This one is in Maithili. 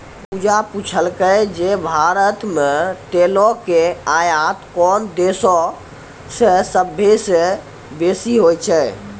पूजा पुछलकै जे भारत मे तेलो के आयात कोन देशो से सभ्भे से बेसी होय छै?